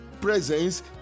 presence